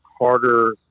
harder